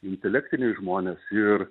intelektiniai žmonės ir